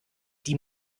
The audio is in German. die